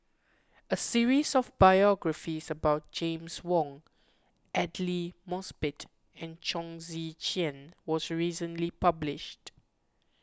a series of biographies about James Wong Aidli Mosbit and Chong Tze Chien was recently published